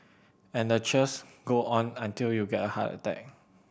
and the cheers go on until you get a heart attack